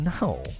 No